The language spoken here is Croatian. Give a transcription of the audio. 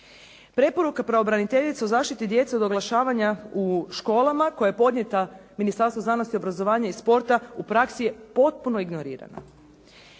Preporuka pravobraniteljice o zaštiti djece od oglašavanja u školama koja je podnijeta Ministarstvu znanosti, obrazovanja i sporta u praksi je potpuno ignorirana.